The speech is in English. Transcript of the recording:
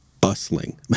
bustling